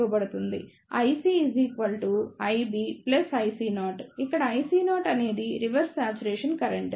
IC IB ICO ఇక్కడ ICO అనేది reverse saturation current